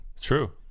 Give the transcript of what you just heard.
True